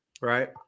Right